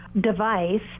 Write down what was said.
device